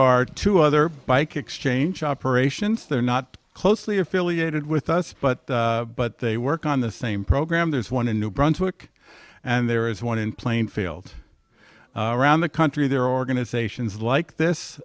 are two other bike exchange operations that are not close affiliated with us but but they work on the same program there's one in new brunswick and there is one in plainfield around the country there are organizations like